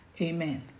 Amen